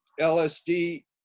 LSD